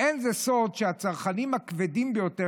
"אין זה סוד שהצרכנים הכבדים ביותר